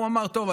הוא אמר: טוב,